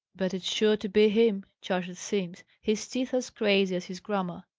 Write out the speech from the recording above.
but it's sure to be him, chattered simms, his teeth as crazy as his grammar.